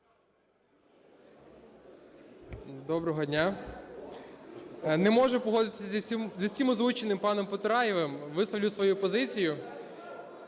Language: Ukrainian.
Доброго дня! Не можу погодитися з усім озвученим паном Потураєвим, висловлю свою позицію.